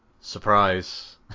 surprise